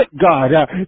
God